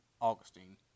Augustine